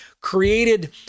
created